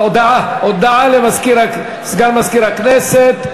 הודעה לסגן מזכירת הכנסת.